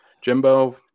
Jimbo